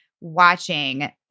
watching